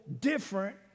different